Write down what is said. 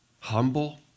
Humble